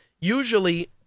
Usually